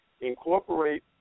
Incorporate